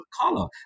color